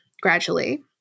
gradually